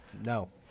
No